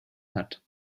hat